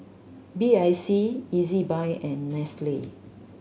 B I C Ezbuy and Nestle